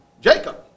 Jacob